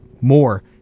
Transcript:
more